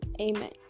amen